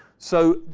so,